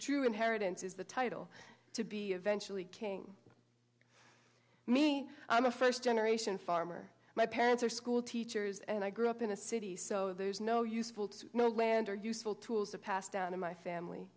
true inheritance is the title to be eventually king me i'm a first generation farmer my parents are schoolteachers and i grew up in a city so there's no useful to know land or useful tools to pass down in my family